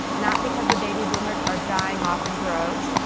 not because the baby boomers are dying off in droves,